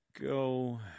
go